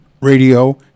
Radio